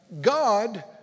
God